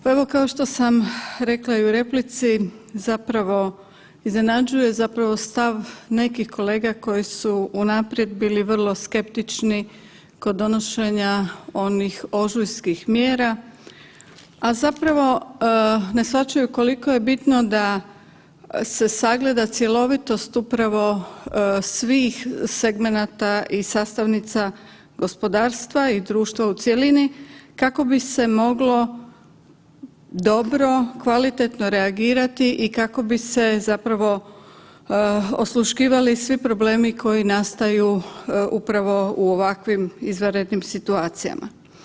Pa evo kao što sam rekla i u replici iznenađuje stav nekih kolega koji su unaprijed bili vrlo skeptični kod donošenja onih ožujskih mjera, a zapravo ne shvaćaju koliko je bitno da se sagleda cjelovitost upravo svih segmenata i sastavnica gospodarstva i društva u cjelini kako bi se moglo dobro, kvalitetno reagirati i kako bi se osluškivali svi problemi koji nastaju upravo u ovakvim izvanrednim situacijama.